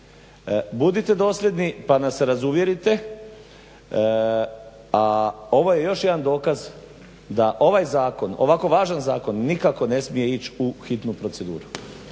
Budite dosljedni pa nas razuvjerite, a ovo je još jedan dokaz da ovaj Zakon, ovako važan zakon nikako ne smije ići u hitnu proceduru